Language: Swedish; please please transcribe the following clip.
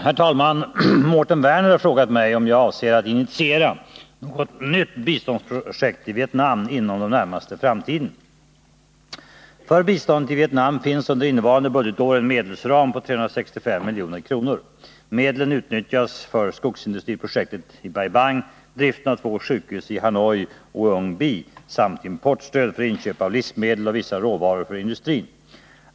Herr talman! Mårten Werner har frågat mig om jag avser att initiera något nytt biståndsprojekt i Vietnam inom den närmaste framtiden. För biståndet till Vietnam finns under innevarande budgetår en medelsram på 365 milj.kr. Medlen utnyttjas för skogsindustriprojektet i Bai Bang, driften av två sjukhus i Hanoi och Uong Bi samt importstöd för inköp av livsmedel och vissa råvaror för industrin.